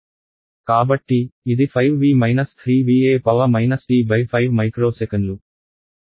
కాబట్టి ఇది 5 V 3 V e t 5 micro సెకన్లు